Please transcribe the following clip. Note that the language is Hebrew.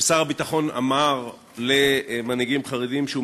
ששר הביטחון אמר למנהיגים חרדים שהוא